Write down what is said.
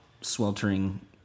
sweltering